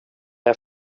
här